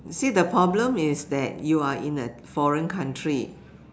see the problem is that you are in a foreign country